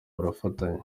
barafatanya